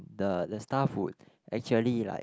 the the staff would actually like